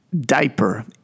diaper